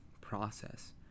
process